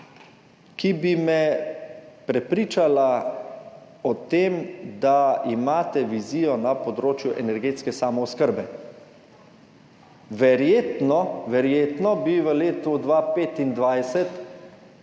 ki bi me prepričala o tem, da imate vizijo na področju energetske samooskrbe. Verjetno bi v letu 2025